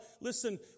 listen